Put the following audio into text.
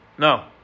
No